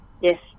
Yes